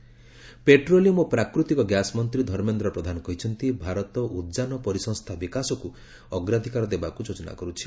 Dharmendra Pradhan petroleum ଓ ପ୍ରାକୃତିକ gas ମନ୍ତ୍ରୀ ଧର୍ମେନ୍ଦ୍ର ପ୍ରଧାନମନ୍ତ୍ରୀ କହିଛନ୍ତି ଭାରତ ଉଦ୍ଯାନ ପରିସଂସ୍ଥା ବିକାଶକୁ ଅଗ୍ରାଧିକାର ଦେବାକୁ ଯୋଜନା କରୁଛି